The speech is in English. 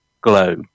glow